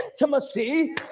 intimacy